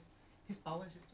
a'ah ah